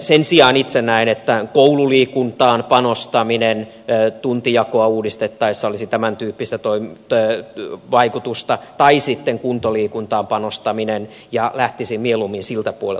sen sijaan itse näen että koululiikuntaan panostamisella tuntijakoa uudistettaessa olisi tämäntyyppistä vaikutusta tai sitten kuntoliikuntaan panostamisella ja lähtisin mieluummin siltä puolelta rakentamaan